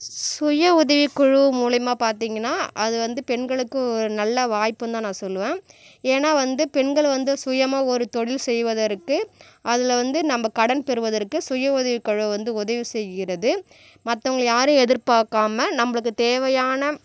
சுய உதவிக்குழு மூலியமாக பார்த்திங்கனா அது வந்து பெண்களுக்கு ஒரு நல்லா வாய்ப்புன்னு தான் நான் சொல்லுவேன் ஏன்னா வந்து பெண்களை வந்து சுயமாக ஒரு தொழில் செய்வதற்கு அதில் வந்து நம்ப கடன் பெறுவதற்கு சுய உதவிக்குழு வந்து உதவி செய்கிறது மத்தவங்களை யாரும் எதிர்பாக்காமல் நம்பளுக்கு தேவையான